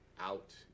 out